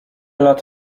lat